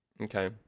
Okay